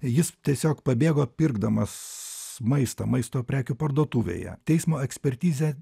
jis tiesiog pabėgo pirkdamas maistą maisto prekių parduotuvėje teismo ekspertizė